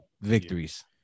victories